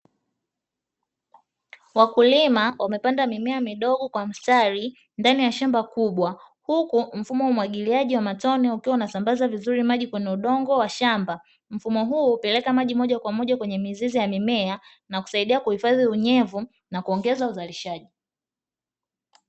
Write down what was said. Wakulima wamepanda mimea midogo kwa mistari ndani ya shamba kubwa huku mfumo wa umwagiliaji wa matone ukiwa unasambaza vizuri maji kwenye udongo wa shamba. Mfumo huu hupeleka maji moja kwa moja kwenye mizizi ya mimea na kusaidia kuhifadhi unyevu na kuongeza uzalishaji.